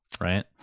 right